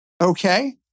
Okay